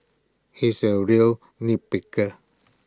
he is A real nip picker